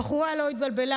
הבחורה לא התבלבלה,